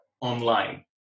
online